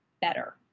better